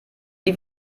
wie